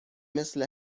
مثل